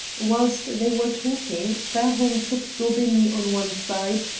whilst they were talking fairholme took daubeney on one side,